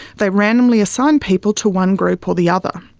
they randomly assigned people to one group or the other.